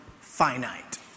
finite